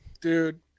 dude